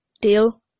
deal